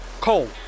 Cole